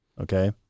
okay